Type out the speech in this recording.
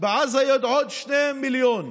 ובעזה יש עוד 2 מיליון,